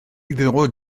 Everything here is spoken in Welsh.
ddod